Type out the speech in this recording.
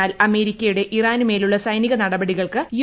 എന്നാൽ അമേരിക്കയുടെ ഇറാനു മേലുള്ള സൈനിക നടപടികൾക്ക് യു